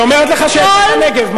היא אומרת לך שהיא היתה בנגב.